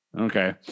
okay